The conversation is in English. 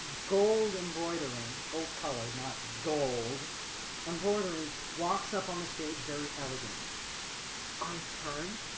gold embroidering gold colour not gold embroidery walks up on the stage very elegantly i turn